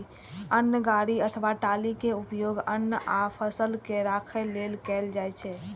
अन्न गाड़ी अथवा ट्रॉली के उपयोग अन्न आ फसल के राखै लेल कैल जाइ छै